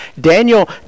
Daniel